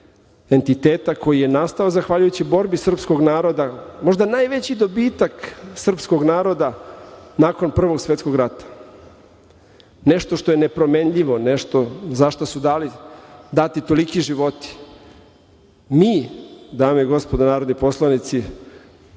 entiteta koji je nastao zahvaljujući borbi srpskog naroda, možda najveći dobitak srpskog naroda nakon Prvog svetskog rata, nešto što je nepromenljivo, nešto za šta su dati toliki životi. Mi, dame i gospodo narodni poslanici,